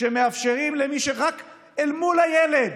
כשמאפשרים למי שמול הילד,